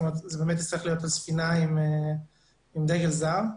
זה באמת יצטרך להיות על ספינה עם דגל זר,